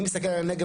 אני מסתכל על הנגב,